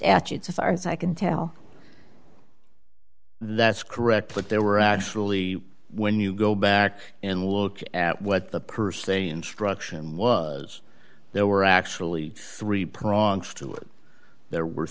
statutes are as i can tell that's correct but there were actually when you go back and look at what the per se instruction was there were actually three prongs to it there were